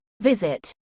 visit